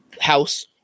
house